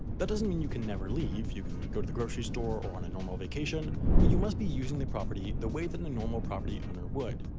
that doesn't mean you can never leave you can go to the grocery store or on a normal vacation but you must be using the property the way that and a normal property owner would.